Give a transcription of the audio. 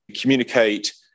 communicate